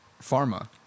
pharma